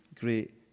great